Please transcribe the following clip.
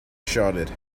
shouted